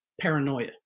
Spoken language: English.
paranoia